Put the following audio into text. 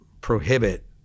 prohibit